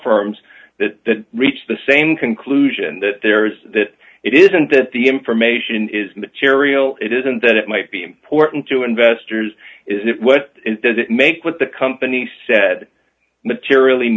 firms that reach the same conclusion that there is that it isn't that the information is material it isn't that it might be important to investors if what does it make what the company said materially